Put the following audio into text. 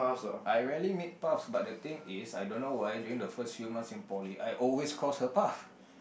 I rarely make paths but the thing is I don't why during the first few months in poly I always cross her path